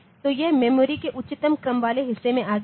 तो यह मेमोरी के उच्चतम क्रम वाले हिस्से में आ गया है